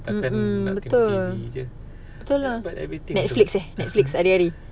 mm mm betul betul lah netflix eh netflix hari-hari